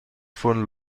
von